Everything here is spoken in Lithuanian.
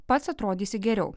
pats atrodysi geriau